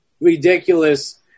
ridiculous